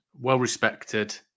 well-respected